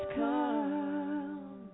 come